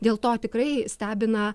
dėl to tikrai stebina